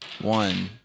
one